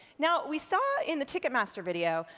now, we saw in the ticketmaster video,